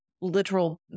literal